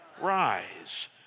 rise